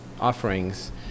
offerings